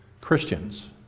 Christians